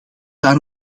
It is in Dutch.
daar